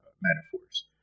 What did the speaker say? metaphors